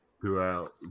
throughout